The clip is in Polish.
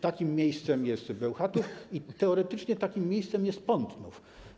Takim miejscem jest Bełchatów i teoretycznie takim miejscem jest Pątnów.